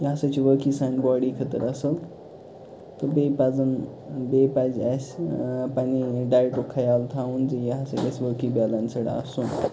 یہِ ہسا چھِ وٲقعٕے سانہِ باڈی خٲطرٕ اصٕل تہٕ بیٚیہِ پَزَن بیٚیہِ پَزِ اسہِ اۭں پَننہِ ڈایِٹُک خیال تھاوُن زِ یہِ ہسا گژھہِ وٲقعٕے بیلَنسٕڈ آسُن